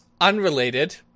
unrelated